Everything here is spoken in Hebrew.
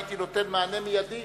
הייתי נותן מענה מיידי